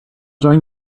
join